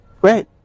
great